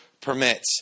permits